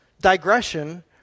digression